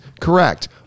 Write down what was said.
correct